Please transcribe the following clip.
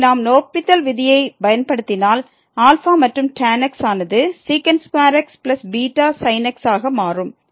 எனவே நாம் லோப்பித்தல் விதியைப் பயன்படுத்தினால் α மற்றும் tan x ஆனது x β sin x ஆக மாறும்